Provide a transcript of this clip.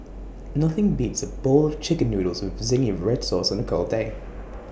nothing beats A bowl Chicken Noodles with Zingy Red Sauce on A cold day